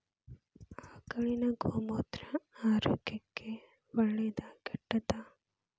ಆಕಳಿನ ಗೋಮೂತ್ರ ಆರೋಗ್ಯಕ್ಕ ಒಳ್ಳೆದಾ ಕೆಟ್ಟದಾ?